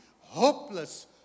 Hopeless